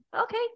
okay